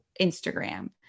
Instagram